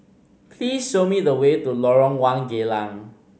please show me the way to Lorong One Geylang